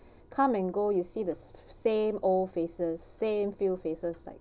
you go you see the same old faces same feel faces like